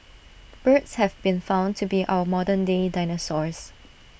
birds have been found to be our modern day dinosaurs